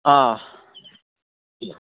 हा